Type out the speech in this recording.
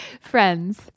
friends